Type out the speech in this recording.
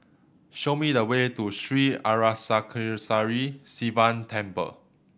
show me the way to Sri Arasakesari Sivan Temple